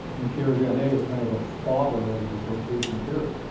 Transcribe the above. and pierre janet is kind of the father of dissociation theory.